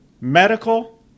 medical